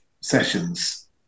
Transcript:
sessions